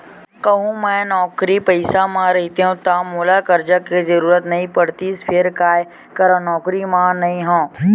कहूँ मेंहा नौकरी पइसा म रहितेंव ता मोला करजा के जरुरत नइ पड़तिस फेर काय करव नउकरी म नइ हंव